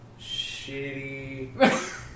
Shitty